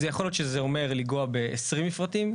זה יכול להיות שזה אומר לגעת ב-20 מפרטים.